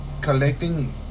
collecting